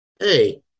hey